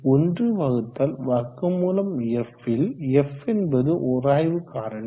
1√f ல் f என்பது உராய்வு காரணி